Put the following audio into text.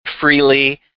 freely